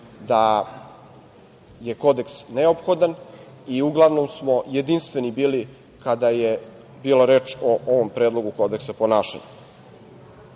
da je kodeks neophodan i uglavnom smo jedinstveni bili kada je bila reč o ovom Predlogu Kodeksa ponašanja.I